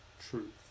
truth